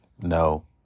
No